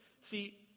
See